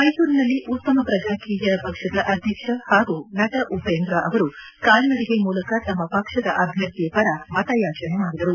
ಮೈಸೂರಿನಲ್ಲಿ ಉತ್ತಮ ಪ್ರಜಾಕೀಯ ಪಕ್ಷದ ಅಧ್ಯಕ್ಷ ಹಾಗೂ ನಟ ಉಪೇಂದ್ರ ಅವರು ಕಾಲ್ನಡಿಗೆ ಮೂಲಕ ತಮ್ಮ ಪಕ್ಷದ ಅಭ್ಯರ್ಥಿ ಪರ ಮತಯಾಚನೆ ಮಾಡಿದರು